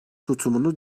tutumunu